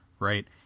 Right